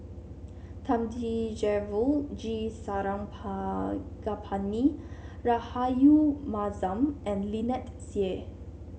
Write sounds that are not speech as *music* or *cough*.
Thamizhavel G *unintelligible* Rahayu Mahzam and Lynnette Seah